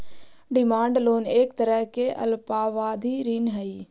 demand loan एक तरह के अल्पावधि ऋण हइ